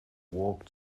walk